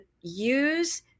use